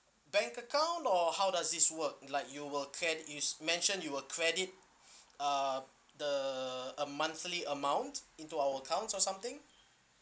bank account or how does this work like you will cre~ you mention you will credit uh the a monthly amount into our accounts or something